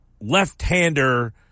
left-hander